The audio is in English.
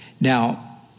Now